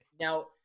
now